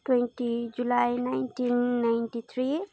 twenty July nineteen ninety three